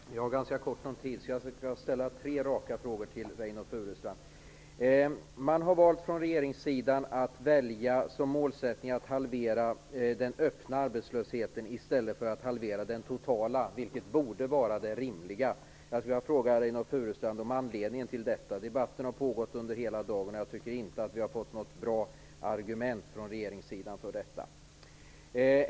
Herr talman! Jag har ganska kort om taletid, så jag tänker ställa några raka frågor till Reynoldh Furustrand. Regeringen har valt att ha som målsättning att halvera den öppna arbetslösheten i stället för den totala, vilket borde vara det rimliga. Jag vill fråga Reynoldh Furustrand om anledningen till detta. Debatten har pågått under hela dagen, och jag tycker inte att vi har fått något bra argument från regeringen för detta.